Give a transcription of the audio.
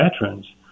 veterans